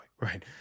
right